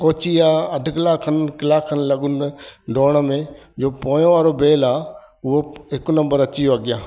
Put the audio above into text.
पोहची विया अधु कलाक खनि कलाक खनि लॻनि दौड़ में इहो पोयो वारो बैल आहे उहो हिकु नंबर अची वियो अॻियां